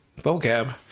vocab